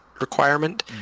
requirement